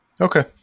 Okay